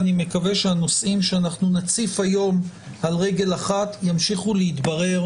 אני מקווה שהנושאים שאנחנו נציף היום על רגל אחת ימשיכו להתברר